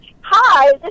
Hi